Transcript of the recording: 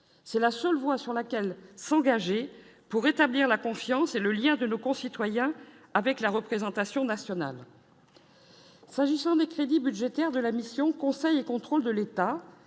c'est la seule voie sur laquelle. S'engager pour rétablir la confiance et le lien de nos concitoyens avec la représentation nationale. S'agissant des crédits budgétaires de la mission, les contrôle de l'État,